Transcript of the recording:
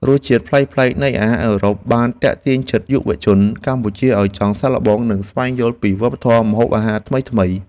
រសជាតិប្លែកៗនៃអាហារអឺរ៉ុបបានទាក់ទាញចិត្តយុវជនកម្ពុជាឱ្យចង់សាកល្បង និងស្វែងយល់ពីវប្បធម៌ម្ហូបអាហារថ្មីៗ។